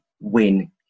win